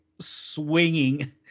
Swinging